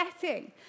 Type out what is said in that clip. setting